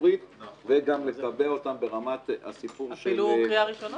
הציבורית וגם לקבע אותם ברמת הסיפור -- אפילו קריאה ראשונה